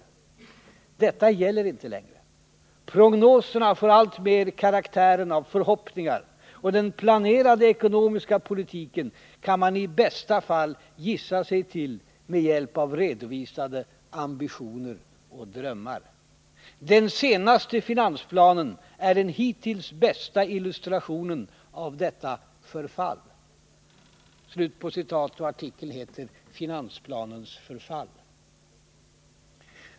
Detta gäller inte längre. ——— Prognoserna får allt mer karaktären av förhoppningar och den planerade ekonomiska politiken kan man i bästa fall gissa sig till med hjälp av redovisade ambitioner och drömmar. Den senaste finansplanen är den hittills bästa illustrationen av detta ”förfall”.” — Artikeln har rubriken Finansplanens förfall.